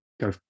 go